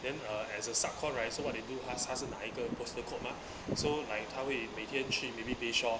then uh as a sub-con right so what they do 他是拿一个 postal code mah so like 他会每天去 maybe bayshore